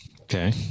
okay